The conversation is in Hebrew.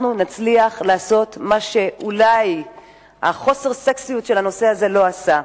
אנחנו נצליח לעשות מה שאולי חוסר הסקסיות של הנושא הזה לא עשה.